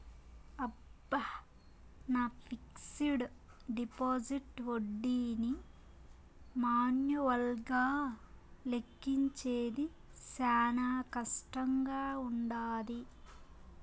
అబ్బ, నా fixed deposit ఒడ్డీని మాన్యువల్గా లెక్కించేది శానా కష్టంగా వుండాది